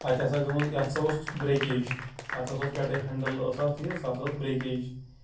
اَتہِ ہَسا گٔمٕژ یَتھ ہَسا اوس برٛیکیج اَتھ ہَسا اوس پٮ۪ٹھٕے ہٮ۪نٛڈٕل ٲس اَتھ یہِ سُہ ہَسا ٲس برٛیکیج